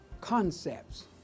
concepts